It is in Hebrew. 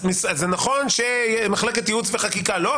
נכון שמחלקת ייעוץ וחקיקה לא,